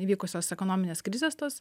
įvykusios ekonominės krizės tos